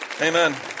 Amen